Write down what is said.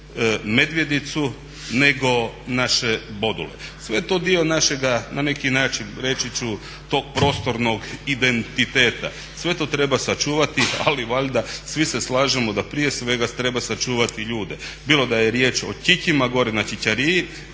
nego naše bodule. Sve je to dio našega na neki način reći ću tog prostornog identiteta. Sve to treba sačuvati, ali valjda svi se slažemo da prije svega treba sačuvati ljude bilo da je riječ o Ćićima gore na Ćićariji,